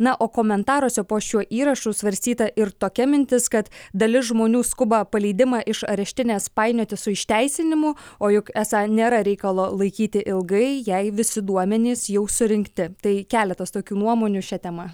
na o komentaruose po šiuo įrašu svarstyta ir tokia mintis kad dalis žmonių skuba paleidimą iš areštinės painioti su išteisinimu o juk esą nėra reikalo laikyti ilgai jei visi duomenys jau surinkti tai keletas tokių nuomonių šia tema